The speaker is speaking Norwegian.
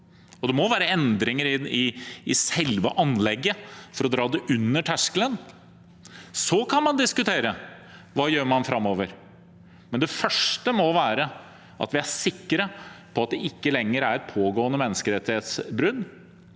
det må være endringer i selve anlegget for å dra det under terskelen – kan man diskutere hva man gjør framover. Det første må være at vi er sikre på at det ikke lenger er et pågående menneskerettighetsbrudd,